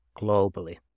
globally